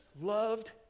loved